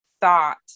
thought